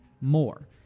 more